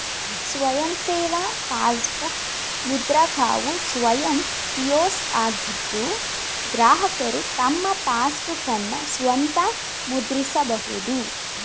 ಸ್ವಯಂ ಸೇವಾ ಪಾಸ್ಬುಕ್ ಮುದ್ರಕವು ಸ್ವಯಂ ಕಿಯೋಸ್ಕ್ ಆಗಿದ್ದು ಗ್ರಾಹಕರು ತಮ್ಮ ಪಾಸ್ಬುಕ್ಅನ್ನ ಸ್ವಂತ ಮುದ್ರಿಸಬಹುದು